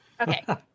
Okay